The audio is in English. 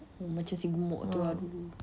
macam si gemuk tu lah dulu